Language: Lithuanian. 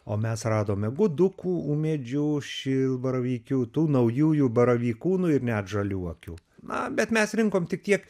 o mes radome gudukų ūmėdžių šilbaravykių tų naujųjų baravykų ir net žaliuokių na bet mes rinkom tik tiek